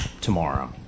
tomorrow